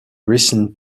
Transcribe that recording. recent